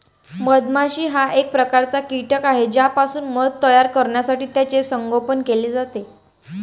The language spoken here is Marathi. मधमाशी हा एक प्रकारचा कीटक आहे ज्यापासून मध तयार करण्यासाठी त्याचे संगोपन केले जाते